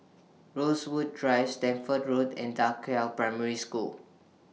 Rosewood Drive Stamford Road and DA Qiao Primary School